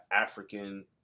African